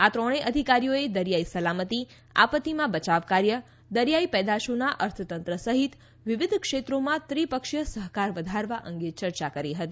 આ ત્રણે અધિકારીઓએ દરિયાઈ સલામતી આપત્તિમાં બચાવકાર્ય દરિયાઈ પેદાશોના અર્થતંત્ર સહિત વિવિધ ક્ષેત્રોમાં ત્રિપક્ષીય સહકાર વધારવા અંગે ચર્ચા કરી હતી